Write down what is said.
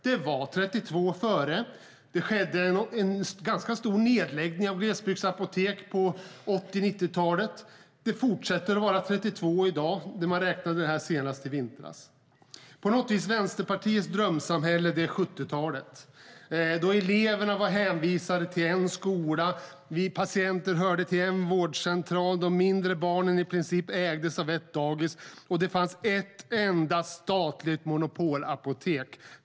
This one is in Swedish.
Det var 32 före omregleringen - det skedde en ganska stor nedläggning av glesbygdsapotek på 80 och 90-talen - och det är 32 i dag. Man räknade dem senast i vintras. skola, patienterna hörde till en dagis och det fanns ett enda statligt monopolapotek.